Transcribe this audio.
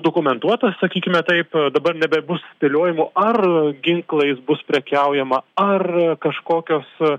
dokumentuotas sakykime taip dabar nebebus spėliojimų ar ginklais bus prekiaujama ar kažkokios